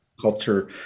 culture